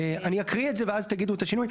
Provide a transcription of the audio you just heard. אני אקריא את זה ואז תגידו את השינוי.